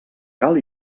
cal